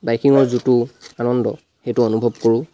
বাইকিঙৰ যিটো আনন্দ সেইটো অনুভৱ কৰোঁ